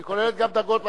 שהיא כוללת גם דרגות מס.